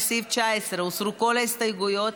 לסעיף 19 הוסרו כל ההסתייגויות,